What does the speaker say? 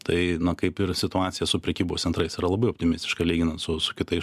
tai na kaip ir situacija su prekybos centrais yra labai optimistiška lyginant su su kitais